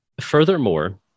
Furthermore